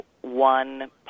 one